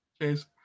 Cheers